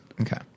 Okay